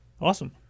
Awesome